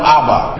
Abba